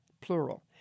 plural